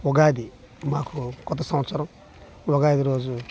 ఉగాది మాకు కొత్త సంవత్సరం ఉగాది రోజు